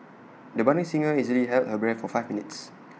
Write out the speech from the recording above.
the budding singer easily held her breath for five minutes